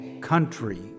country